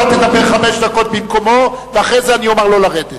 אתה תדבר חמש דקות במקומו ואחרי זה אני אומר לו לרדת.